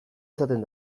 izaten